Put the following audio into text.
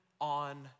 on